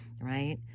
right